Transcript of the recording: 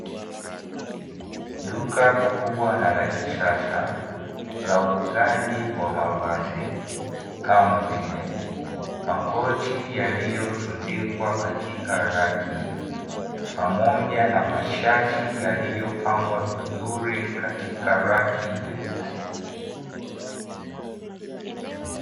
Duka kubwa na la kisasa la uuzaji wa mavazi kama vile makoti, yaliyotundikwa katika raki pamoja na mashati yaliyopangwa vizuri katika raki nyeusi.